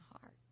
heart